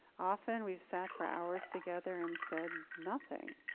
often we've sat for hours together and said nothing,